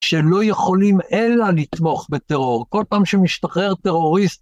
שלא יכולים אלא לתמוך בטרור. כל פעם שמשתחרר טרוריסט,